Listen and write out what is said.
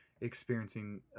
experiencing